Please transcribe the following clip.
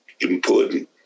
important